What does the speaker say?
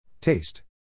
Taste